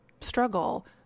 struggle